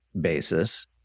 basis